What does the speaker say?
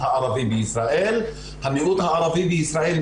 שהקפיא את הרעיון של רובינשטיין.